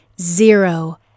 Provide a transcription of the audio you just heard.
zero